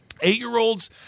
Eight-year-olds